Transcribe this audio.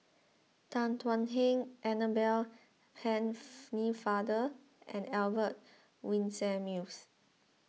Tan Thuan Heng Annabel Pennefather and Albert Winsemius